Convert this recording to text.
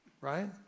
right